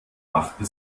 machte